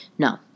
No